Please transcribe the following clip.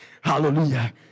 Hallelujah